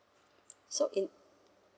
so in